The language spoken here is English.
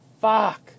fuck